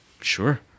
Sure